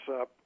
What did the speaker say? up